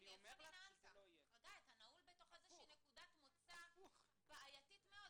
חגי, אתה נעול בתוך נקודת מוצא בעייתית מאוד.